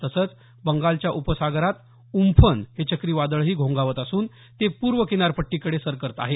तसंच बंगालच्या उपसागरात उम्फन हे चक्रीवादळही घोंगावत असून ते पूर्व किनारपट्टीकडे सरकत आहे